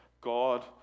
God